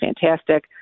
fantastic